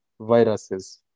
viruses